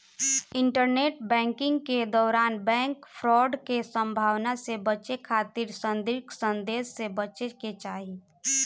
internet banking के दौरान bank fraud के संभावना से बचे खातिर संदिग्ध संदेश से बचे के चाही